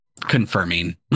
confirming